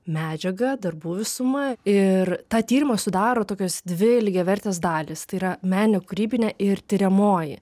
medžiaga darbų visuma ir tą tyrimą sudaro tokios dvi lygiavertės dalys tai yra meninė kūrybinė ir tiriamoji